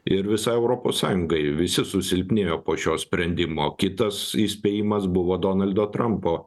ir visai europos sąjungai visi susilpnėjo po šio sprendimo kitas įspėjimas buvo donaldo trumpo